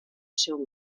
seu